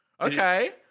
okay